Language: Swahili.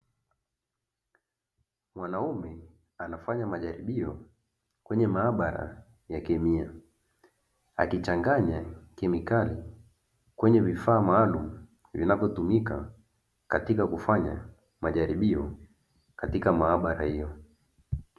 Mwanaume anafanya majaribio kwenye maabara ya kemia, akichanganya kemikali kwenye vifaa maalumu vinavyotumika katika kufanya majaribio katika maabara hiyo.